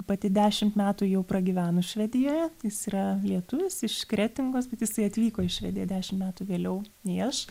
pati dešimt metų jau pragyvenus švedijoje jis yra lietuvis iš kretingos bet jisai atvyko į švediją dešim metų vėliau nei aš